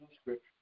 scripture